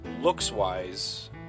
looks-wise